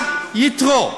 למה נקרא יתרו?